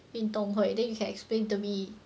运动会 then you can explain to me